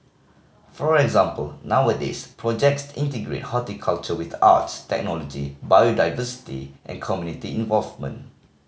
for example nowadays projects integrate horticulture with arts technology biodiversity and community involvement